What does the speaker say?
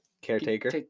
caretaker